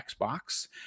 Xbox